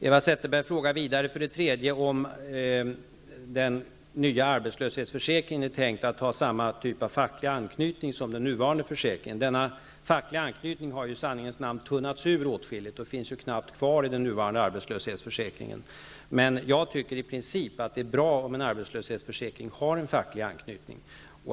För det tredje frågade Eva Zetterberg om man tänker sig att den nya arbetslöshetsförsäkringen skall ha samma typ av facklig anknytning som den nuvarande försäkringen. Den fackliga anknytningen måste ju i sanningens namn sägas ha tunnats ur åtskilligt och finns knappast kvar i den nuvarande arbetslöshetsförsäkringen. Jag tycker att det i princip är bra om en arbetslöshetsförsäkring har en facklig anknytning.